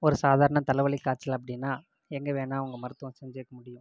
ஒரு சாதாரண தலை வலி காய்ச்சல் அப்படின்னா எங்கே வேணால் அவங்க மருத்துவம் செஞ்சுக்க முடியும்